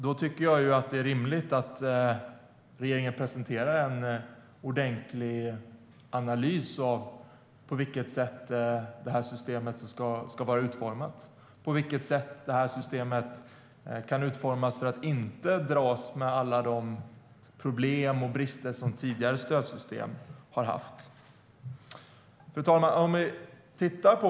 Då tycker jag att det är rimligt att regeringen presenterar en ordentlig analys av på vilket sätt det här systemet ska vara utformat för att inte dras med alla de problem och brister som tidigare stödsystem haft. Fru talman!